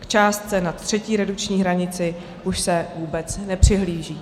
K částce nad třetí redukční hranici už se vůbec nepřihlíží.